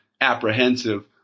apprehensive